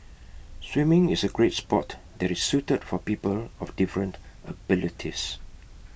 swimming is A great Sport that is suited for people of different abilities